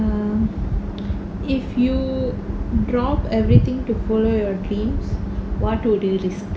err if you drop everything to follow your dreams what would you risk